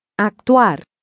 Actuar